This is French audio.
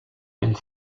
elle